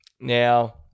Now